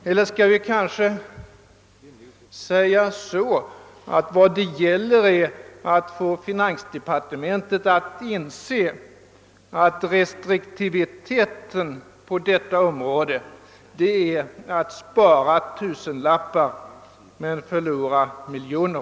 Eller skall vi kanske säga att vad det gäller är att få finansdepartementet att inse att restriktivitet på detta område är att spara tusenlappar men förlora miljoner?